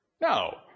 No